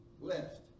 left